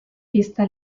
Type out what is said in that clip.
vista